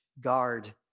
guard